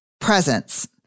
presence